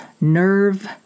nerve